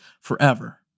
forever